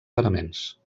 paraments